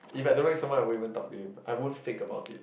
if I don't like someone I won't even talk to him I won't fake about it